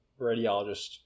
radiologist